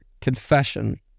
Confession